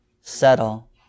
settle